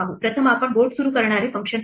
प्रथम आपण बोर्ड सुरू करणारे फंक्शन पाहू